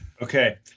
Okay